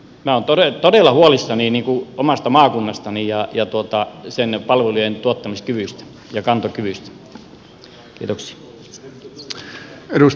minä olen todella huolissani omasta maakunnastani ja sen palvelujen tuottamiskyvystä ja kantokyvystä